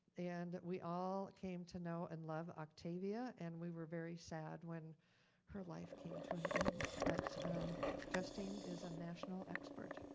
and we all came to know and love octavia, and we were very sad when her life came to an end. but justine is a national expert.